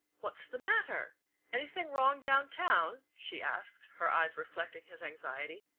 what's the matter anything wrong down town? she asked, her eyes reflecting his anxiety.